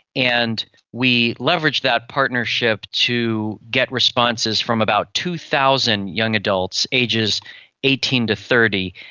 and we leveraged that partnership to get responses from about two thousand young adults, ages eighteen to thirty.